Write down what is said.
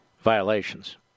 violations